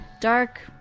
Dark